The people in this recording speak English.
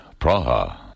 Praha